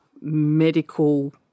medical